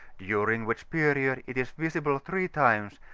during which period it is visible three times,